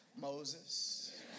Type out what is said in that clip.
Moses